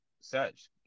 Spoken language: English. search